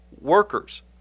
workers